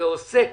ועוסק